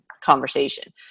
conversation